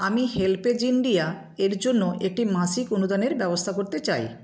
আমি HelpAge India এর জন্য একটি মাসিক অনুদানের ব্যবস্থা করতে চাই